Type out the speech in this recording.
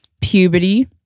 puberty